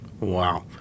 Wow